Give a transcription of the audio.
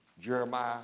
Jeremiah